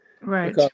Right